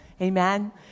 Amen